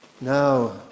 Now